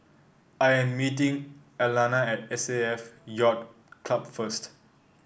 I am meeting Alanna at S A F Yacht Club first